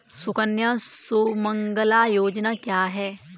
सुकन्या सुमंगला योजना क्या है?